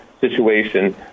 situation